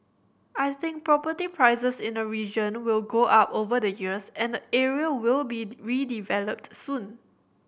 I think property prices in the region will go up over the years and the area will be redeveloped soon